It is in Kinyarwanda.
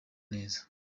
neza